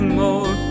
more